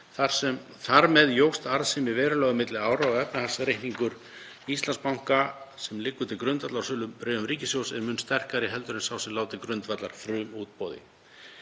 Þar með jókst arðsemi verulega milli ára og efnahagsreikningur Íslandsbanka, sem liggur til grundvallar sölu á bréfum ríkissjóðs, er mun sterkari en sá sem lá til grundvallar frumútboði.